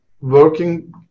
working